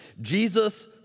Jesus